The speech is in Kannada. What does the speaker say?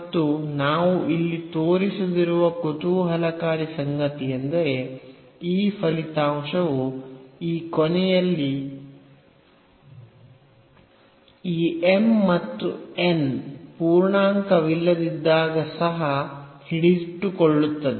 ಮತ್ತು ನಾವು ಇಲ್ಲಿ ತೋರಿಸದಿರುವ ಕುತೂಹಲಕಾರಿ ಸಂಗತಿಯೆಂದರೆ ಈ ಫಲಿತಾಂಶವು ಈ ಕೊನೆಯಲ್ಲಿ ಈ ಫಲಿತಾಂಶವು ಈ m ಮತ್ತು n ಪೂರ್ಣಾಂಕವಿಲ್ಲದಿದ್ದಾಗ ಸಹ ಹಿಡಿದಿಟ್ಟುಕೊಳ್ಳುತ್ತದೆ